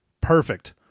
Perfect